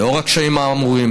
לנוכח הקשיים האמורים,